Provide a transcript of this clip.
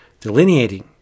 delineating